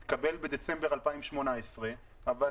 הוא התקבל בדצמבר 2018 אבל,